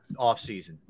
offseason